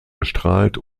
bestrahlt